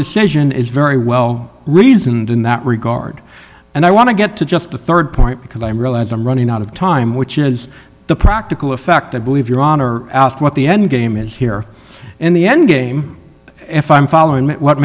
decision is very well reasoned in that regard and i want to get to just the rd point because i realize i'm running out of time which is the practical effect i believe your honor asked what the end game is here in the endgame if i'm following what